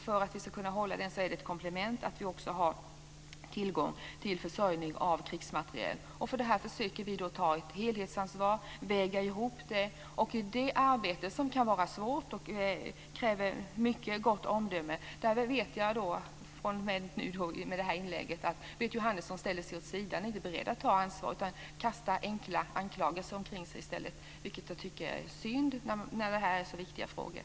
För att vi ska kunna hålla den är det också ett komplement att vi också har tillgång till försörjning av krigsmateriel. Och för detta försöker vi ta ett helhetsansvar och väga ihop det. Det är det arbetet som kan vara svårt, och det kräver ett mycket gott omdöme. Berit Jóhannesson visar i sitt inlägg att hon ställer sig vid sidan av och inte är beredd att ta ansvar. Hon kastar i stället enkla anklagelser omkring sig, vilket jag tycker är synd, eftersom detta är så viktiga frågor.